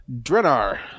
Drenar